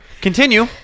Continue